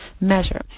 measure